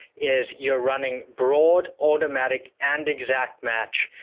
is you're running broad, automatic and exact match,